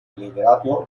liderazgo